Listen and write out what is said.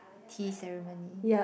tea ceremony